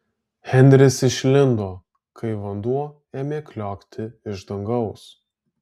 henris išlindo kai vanduo ėmė kliokti iš dangaus